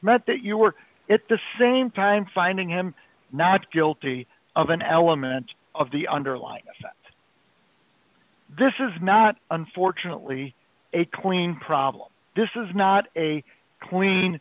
meant that you were at the same time finding him not guilty of an element of the underlying this is not unfortunately a clean problem this is not a clean